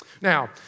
Now